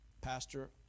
Pastor